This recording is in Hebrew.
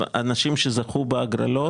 אנשים שזכו בהגרלות.